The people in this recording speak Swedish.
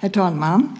Herr talman!